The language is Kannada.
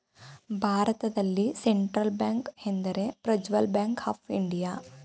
ಭಾರತದಲ್ಲಿ ಸೆಂಟ್ರಲ್ ಬ್ಯಾಂಕ್ ಎಂದರೆ ಪ್ರಜ್ವಲ್ ಬ್ಯಾಂಕ್ ಆಫ್ ಇಂಡಿಯಾ